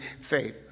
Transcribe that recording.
faith